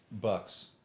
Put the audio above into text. Bucks